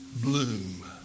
bloom